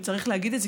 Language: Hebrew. וצריך להגיד את זה,